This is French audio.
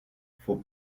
faut